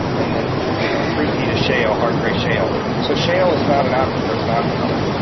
and then three feet of shale, hard gray shale. so shale is not an aquifer, it's an aquitard.